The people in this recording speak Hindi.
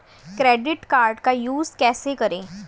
क्रेडिट कार्ड का यूज कैसे करें?